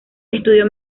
estudió